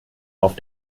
auf